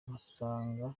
ngasanga